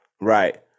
right